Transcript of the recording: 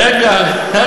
רגע.